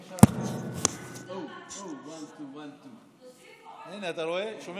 אני רוצה לחדד ולומר שמה שקורה היום שונה לחלוטין מהגל הראשון.